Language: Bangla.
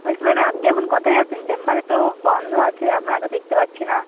বলছি ম্যাডাম আপনি এখন কোথায় আছেন চেম্বারে তো বন্ধ আছে আপনাকে দেখতে পাচ্ছি না